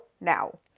now